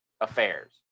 affairs